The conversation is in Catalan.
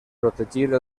protegir